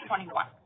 2021